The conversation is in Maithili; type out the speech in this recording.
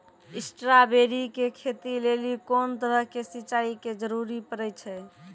स्ट्रॉबेरी के खेती लेली कोंन तरह के सिंचाई के जरूरी पड़े छै?